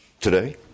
today